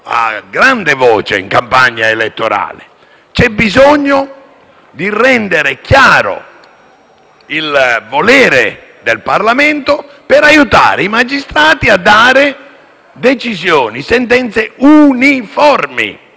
a grande voce in campagna elettorale. C'è bisogno di rendere chiaro il volere del Parlamento per aiutare i magistrati a esprimere sentenze uniformi.